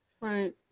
right